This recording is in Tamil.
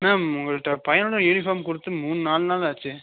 மேம் உங்கள்கிட்ட பையனோடய யூனிஃபார்ம் கொடுத்து மூணு நாலு நாள் ஆச்சு